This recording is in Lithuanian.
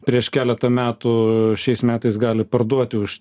prieš keletą metų šiais metais gali parduoti už